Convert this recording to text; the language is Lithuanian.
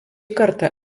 kartą